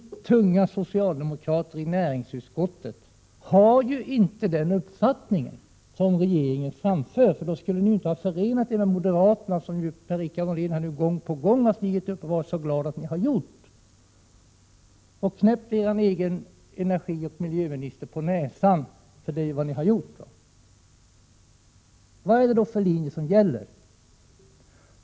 Tunga socialdemokrater i näringsutskottet har inte den uppfattning som regeringen framför. Under sådana förhållanden skulle ni inte ha förenat er med moderaterna, vilket Per Prot. 1987/88:135 Richard Molén nu gång på gång har uttalat sin glädje över, och knäppt er — 7 juni 1988 egen miljöoch energiminister på näsan — för det är vad det handlar om. Vilken linje är det då som gäller?